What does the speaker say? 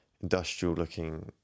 industrial-looking